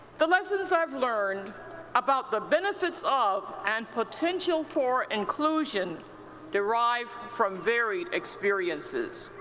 the lessons i have learned about the benefits of and potential for inclusion derive from varied experiences.